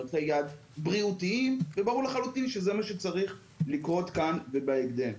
הם ערכי יעד בריאותיים וברור לחלוטין שזה מה שצריך לקרות כאן ובהקדם.